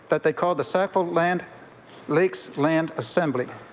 but they called the sackville land lakes land assembly.